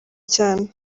cyane